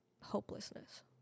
hopelessness